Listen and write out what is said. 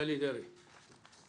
נפתלי דרעי בבקשה.